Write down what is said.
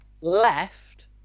Left